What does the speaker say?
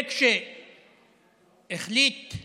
כשהחליטו